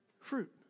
fruit